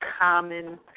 common